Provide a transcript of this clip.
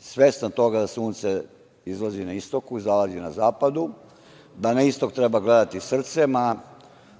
svestan toga da Sunce izlazi na istoku, zalazi na zapadu, da na istok treba gledati srcem, a